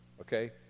okay